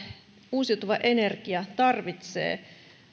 uusiutuva energia tarvitsee